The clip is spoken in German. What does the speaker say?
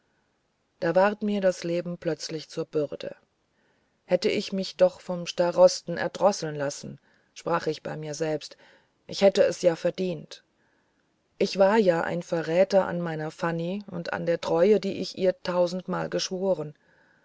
da ward mir das leben plötzlich zur bürde hätte ich mich doch vom starost erdrosseln lassen sprach ich bei mir selbst ich hätte es ja verdient ich war ja ein verräter an meiner fanny und an der treue die ich ihr tausendmal geschworen